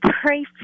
pray